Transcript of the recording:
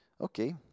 Okay